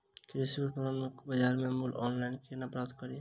कृषि उपकरण केँ बजार मूल्य ऑनलाइन केना प्राप्त कड़ी?